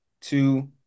two